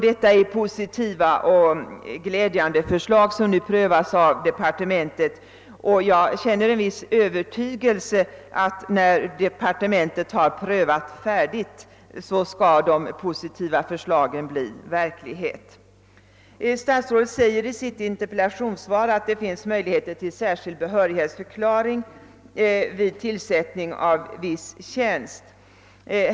Detta är positiva och glädjande förslag, som nu prövas av departementet, och jag känner en viss övertygelse om att när departementet har prövat färdigt så skall de positiva förslagen bli verklighet. Statsrådet säger i sitt interpellationssvar att det finns möjligheter till särskild behörighetsförklaring vid tillsättning av viss tjänst.